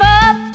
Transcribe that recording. up